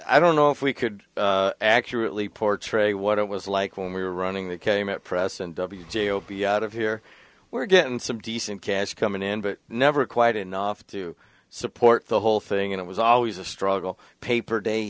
i don't know if we could accurately portray what it was like when we were running that came out press and j o b out of here we're getting some decent cash coming in but never quite enough to support the whole thing and it was always a struggle paper day